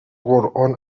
قرآن